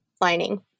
lining